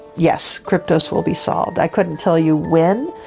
yes, kryptos will be solved. i couldn't tell you when,